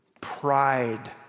pride